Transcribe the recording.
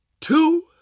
two